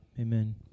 Amen